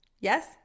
yes